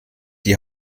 die